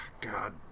god